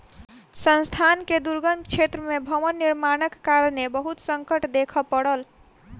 संस्थान के दुर्गम क्षेत्र में भवन निर्माणक कारणेँ बहुत संकट देखअ पड़ल